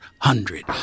hundred